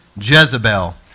Jezebel